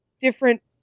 different